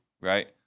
right